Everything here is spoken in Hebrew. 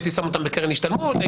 בקרן השתלמות,